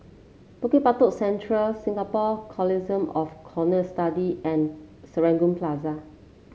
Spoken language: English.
Bukit Batok Central Singapore Consortium of Cohort Study and Serangoon Plaza